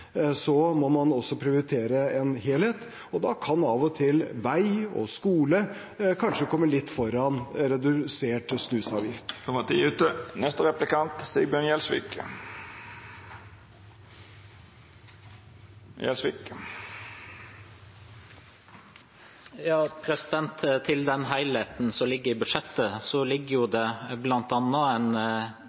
må man også prioritere en helhet, og da kan av og til vei og skole kanskje komme litt foran redusert snusavgift. Tida er ute. Til den helheten som ligger i budsjettet, ligger det bl.a. en avgift på alternativ behandling, som